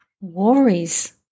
worries